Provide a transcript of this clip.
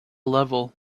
level